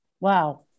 Wow